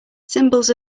symbols